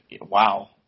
Wow